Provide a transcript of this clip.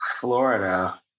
Florida